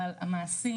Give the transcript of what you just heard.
אבל המעשים,